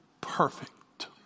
perfect